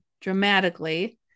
dramatically